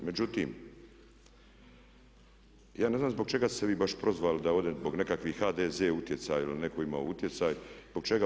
Međutim, ja ne znam zbog čega ste vi baš prozvali da ovdje zbog nekakvih HDZ utjecaj ili netko ima utjecaj, zbog čega?